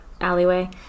alleyway